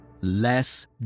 Less